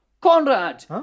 Conrad